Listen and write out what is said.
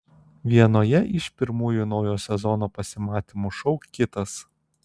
vienoje iš pirmųjų naujo sezono pasimatymų šou kitas